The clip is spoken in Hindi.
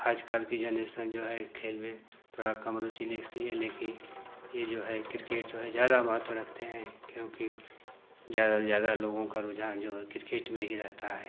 आजकल कि जेनरेसन जो है खेल में थोड़ा कम लेखती है लेकिन ये जो है किर्केट जो है ज़्यादा महत्व रखते हैं क्योंकि ज़्यादा से ज़्यादा लोगों का रुझान जो है किर्केट में ही रहता है